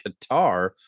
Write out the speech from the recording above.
Qatar